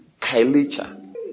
Kailicha